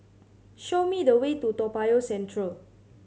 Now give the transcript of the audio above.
show me the way to Toa Payoh Central